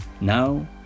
Now